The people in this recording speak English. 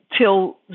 till